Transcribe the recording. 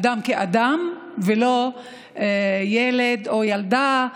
אדם כאדם ולא ילד או ילדה,